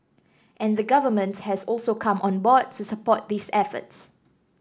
and the Government has also come on board to support these efforts